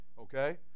Okay